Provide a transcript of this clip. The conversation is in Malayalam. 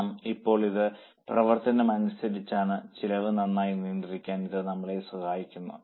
കാരണം ഇപ്പോൾ ഇത് പ്രവർത്തനം അനുസരിച്ചാണ് ചെലവ് നന്നായി നിയന്ത്രിക്കാൻ ഇത് നമ്മളെ സഹായിക്കുന്നു